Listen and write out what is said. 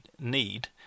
need